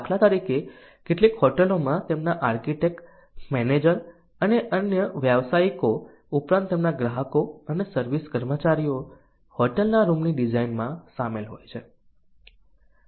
દાખલા તરીકે કેટલીક હોટલોમાં તેમના આર્કિટેક્ટ મેનેજર અને અન્ય વ્યાવસાયિકો ઉપરાંત તેમના ગ્રાહકો અને સર્વિસ કર્મચારીઓ હોટલના રૂમની ડિઝાઇનમાં સામેલ હોય છે